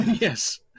Yes